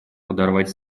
подорвать